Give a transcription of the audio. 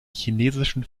chinesischen